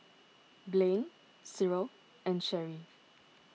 Blane Cyril and Cherry